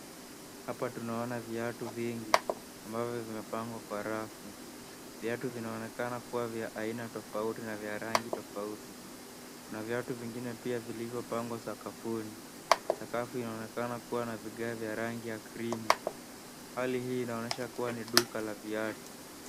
Hapa tunaona viatu vingi ambavyo vimepangwa kwa rafu. Viatu vinaonekana kuwa vya aina tofauti na vya rangi tofauti. Kuna viatu vingine pia vilivyopangwa sakafuni. Sakafu inaonekana kuwa na vigae ya rangi ya krimu. Hali hii inaonyesha kuwa ni duka la viatu.